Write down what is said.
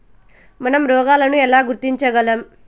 మనం రోగాలను ఎలా గుర్తించగలం?